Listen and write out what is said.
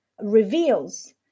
reveals